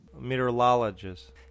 meteorologist